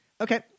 Okay